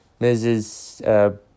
Mrs